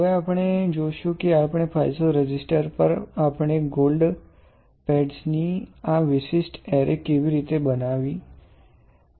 હવે આપણે જોશું કે આ પાઇઝો રેઝિસ્ટર પર આપણે ગોલ્ડ પેડ્સ ની આ વિશિષ્ટ એરે કેવી રીતે બનાવી શકીએ